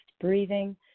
breathing